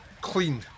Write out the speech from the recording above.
clean